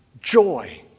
joy